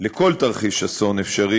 לכל תרחיש אסון אפשרי,